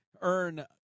earn